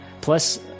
plus